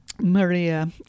Maria